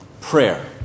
Prayer